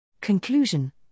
Conclusion